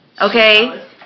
Okay